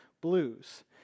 blues